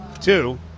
two